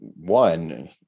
One